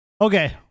Okay